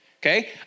okay